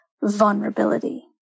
vulnerability